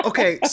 Okay